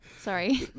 Sorry